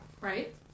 right